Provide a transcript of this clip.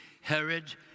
herod